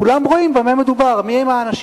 כולם רואים במי מדובר, מיהם האנשים.